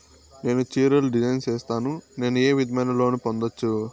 నేను చీరలు డిజైన్ సేస్తాను, నేను ఏ విధమైన లోను పొందొచ్చు